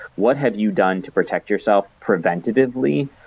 what have you done to protect yourself preventatively,